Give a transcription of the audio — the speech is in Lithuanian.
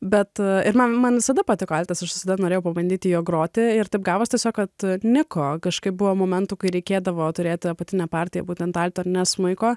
bet man man visada patiko altas aš visada norėjau pabandyti juo groti ir taip gavosi tiesiog kad niko kažkaip buvo momentų kai reikėdavo turėti apatinę partiją būtent tai ne smuiko